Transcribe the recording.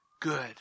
good